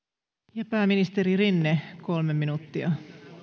pääministeri rinne kolme minuuttia